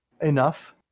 enough